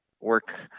work